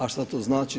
A šta to znači?